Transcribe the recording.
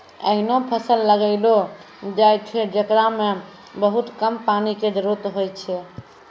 ऐहनो फसल लगैलो जाय छै, जेकरा मॅ बहुत कम पानी के जरूरत होय छै